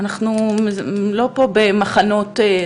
כאילו שהעובדות והעובדים נמצאים פה בוויטרינה,